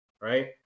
Right